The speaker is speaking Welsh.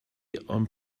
ond